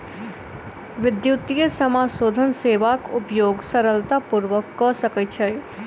विद्युतीय समाशोधन सेवाक उपयोग सरलता पूर्वक कय सकै छै